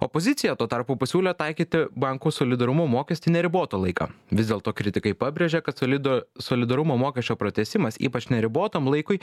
opozicija tuo tarpu pasiūlė taikyti bankų solidarumo mokestį neribotą laiką vis dėlto kritikai pabrėžė kad solido solidarumo mokesčio pratęsimas ypač neribotam laikui